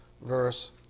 verse